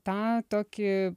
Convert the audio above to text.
tą tokį